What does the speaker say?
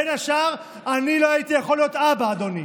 בין השאר, אני לא הייתי יכול להיות אבא, אדוני.